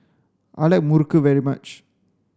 I like muruku very much